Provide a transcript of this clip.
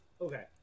Okay